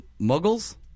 Muggles